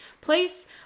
place